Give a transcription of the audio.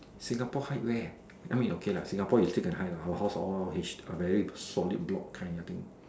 Singapore hide where I mean okay lah Singapore you still can hide lah our house all H are very solid block kind I think